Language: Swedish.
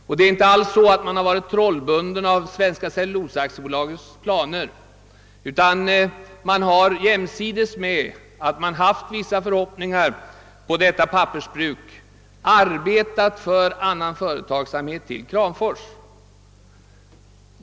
Man har inte alls varit trolibunden av Svenska ceilulosaaktiebolagets planer, utan har jämsides med att man haft vissa förhoppningar på detta pappersbruk arbetat på att få annan företagsamhet till Kramfors.